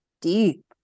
deep